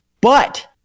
but-